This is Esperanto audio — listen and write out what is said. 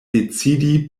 decidi